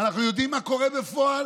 ואנחנו יודעים מה קורה בפועל.